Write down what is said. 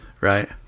right